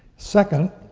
second,